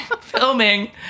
filming